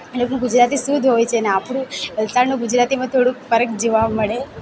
એ લોકોનું ગુજરાતી શુદ્ધ હોય છે અને આપણું વલસાડનું ગુજરાતીમાં થોડુંક ફરક જોવા મળે